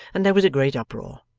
and there was a great uproar.